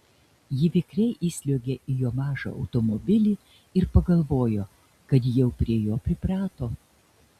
ji vikriai įsliuogė į jo mažą automobilį ir pagalvojo kad jau prie jo priprato